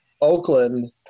Oakland